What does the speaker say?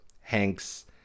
Hanks